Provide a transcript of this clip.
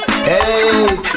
Hey